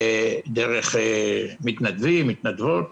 דרך מתנדבים ומתנדבות.